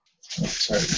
Sorry